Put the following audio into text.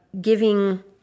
giving